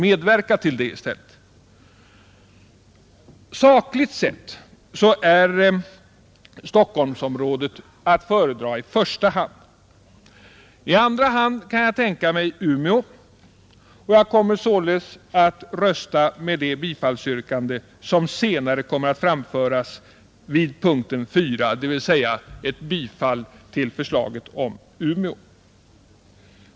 Medverka till det i stället! Sakligt sätt är Stockholmsområdet att föredra. I andra hand kan jag tänka mig Umeå, och jag kommer således att rösta för det yrkande som senare kommer att framföras vid punkten 4, dvs. yrkandet om bifall till förslaget om Umeå. Herr talman!